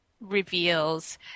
reveals